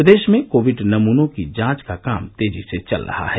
प्रदेश में कोविड नमूनों की जांच का काम तेजी से चल रहा है